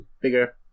Bigger